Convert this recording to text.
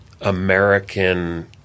American